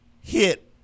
hit